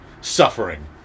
suffering